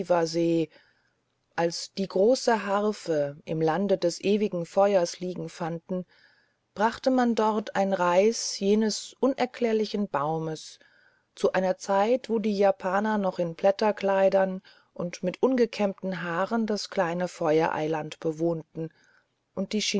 biwasee als die große harfe im lande des ewigen feuers liegen fanden brachte man dorthin ein reis jenes unerklärlichen baumes zu einer zeit wo die japaner noch in blätterkleidern und mit ungekämmten haaren das kleine feuereiland bewohnten und die